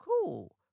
cool